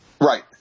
Right